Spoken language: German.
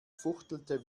fuchtelte